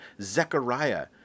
Zechariah